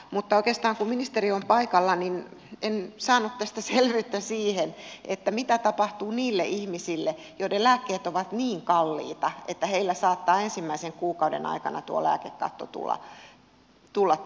mutta oikeastaan kun ministeri on paikalla haluaisin saada selvyyttä siihen että mitä tapahtuu niille ihmisille joiden lääkkeet ovat niin kalliita että heillä saattaa ensimmäisen kuukauden aikana tuo lääkekatto tulla täyteen